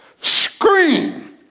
scream